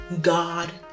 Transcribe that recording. God